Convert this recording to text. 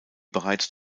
bereits